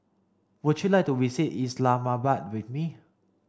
would you like to visit Islamabad with me